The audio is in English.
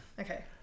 Okay